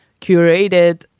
curated